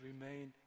remain